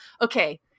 Okay